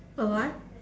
A what